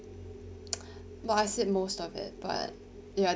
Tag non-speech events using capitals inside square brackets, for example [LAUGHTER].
[NOISE] well I said most of it but ya